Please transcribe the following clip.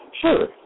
Sure